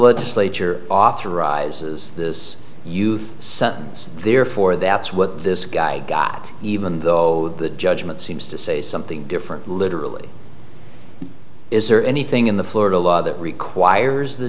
legislature authorizes this youth sentence therefore that's what this guy got even though the judgment seems to say something different literally is there anything in the florida law that requires the